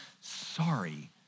sorry